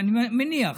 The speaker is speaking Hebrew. אני מניח,